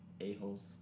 a-holes